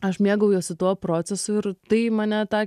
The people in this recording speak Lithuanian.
aš mėgaujuosi tuo procesu ir tai mane ta